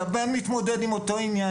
שהבן מתמודד עם אותו עניין,